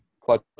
Clutch